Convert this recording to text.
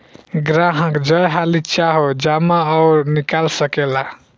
ग्राहक जय हाली चाहो जमा अउर निकाल सकेला